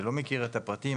שלא מכיר את הפרטים,